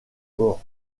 bord